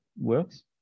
works